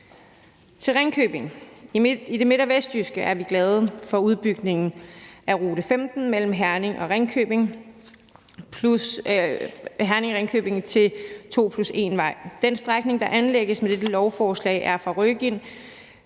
til Ringkøbing i det midt- og vestjyske er vi glade for udbygningen af rute 15 mellem Herning og Ringkøbing plus Herning-Ringkøbing til 2+1-vej. Den strækning, der anlægges med dette lovforslag, er fra Røgind